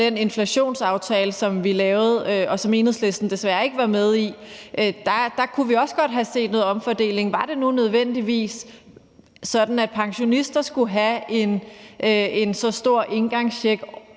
den inflationsaftale, som vi lavede, og som Enhedslisten desværre ikke var med i, kunne vi også godt have set noget omfordeling. Var det nu nødvendigvis sådan, at pensionister skulle have en så stor engangscheck